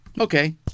okay